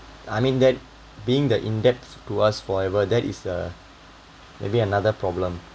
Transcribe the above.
I mean that being the indebted to us forever that is uh maybe another problem